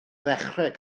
ddechrau